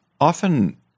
Often